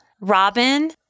Robin